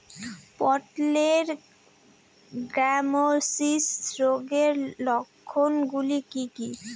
পটলের গ্যামোসিস রোগের লক্ষণগুলি কী কী?